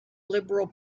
liberal